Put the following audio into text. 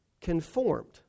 conformed